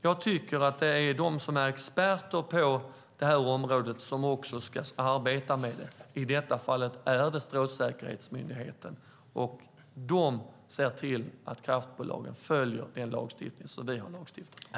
Jag anser att det är de som är experter på detta område som ska arbeta med det. I detta fall är det Strålsäkerhetsmyndigheten, och de ser till att kraftbolagen följer den lagstiftning som vi har fattat beslut om.